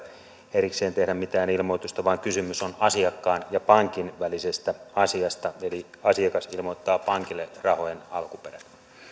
erikseen tehdä mitään ilmoitusta vaan kysymys on asiakkaan ja pankin välisestä asiasta eli asiakas ilmoittaa pankille rahojen alkuperän